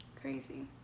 Crazy